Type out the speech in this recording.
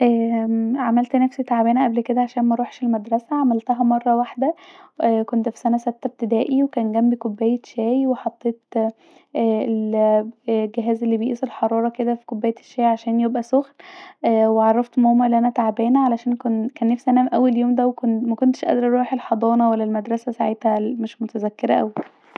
اااام عملت نفسي تعبانه قبل كدا عشان مروحش المدرسه عملتها مره واحده كنت في سنه سته ابتدائي كان جمبي كوبايه شاي وحطيت الل الجهاز الي بيقيس الحراره كدا في كوبايه الشاي عشان يبقي سخن وعرفت ماما أن انا تعبانه عشان كنت كان نفسي انام اوي اليوم ده ومكنتش قادره اروح الحضانه ولا المدرسه ساعتها مش متذكره اوي